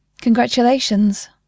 Congratulations